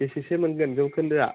बेसेसो मोनगोन जौखोन्दोआ